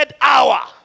hour